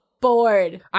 bored